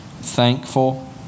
thankful